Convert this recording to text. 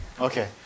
Okay